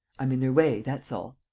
i'm in their way, that's all.